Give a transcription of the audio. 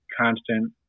constant